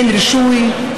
אין רישוי,